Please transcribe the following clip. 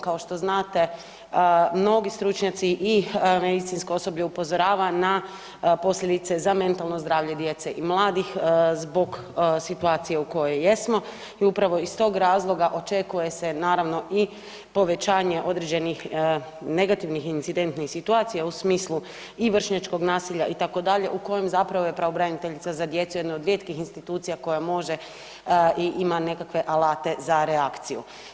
Kao što znate, mnogi stručnjaci i medicinsko osoblje upozorava na posljedice za mentalno zdravlje djece i mladih zbog situacije u kojoj jesmo i upravo iz tog razloga očekuje se, naravno i povećanje određenih negativnih incidentnih situacija u smislu i vršnjačkog nasilja, itd., u kojem zapravo je pravobraniteljica za djecu je jedna od rijetkih institucija koja može i ima nekakve alate za reakciju.